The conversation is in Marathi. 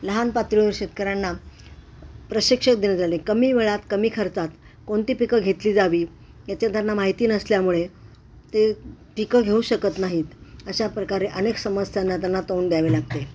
लहान पातळीवर शेतकऱ्यांना प्रशिक्षक दिले झाले कमी वेळात कमी खर्चात कोणती पिकं घेतली जावी याचं त्यांना माहिती नसल्यामुळे ते पिकं घेऊ शकत नाहीत अशा प्रकारे अनेक समस्यांना त्यांना तोंड द्यावे लागते